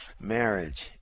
Marriage